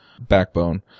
Backbone